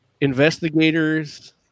investigators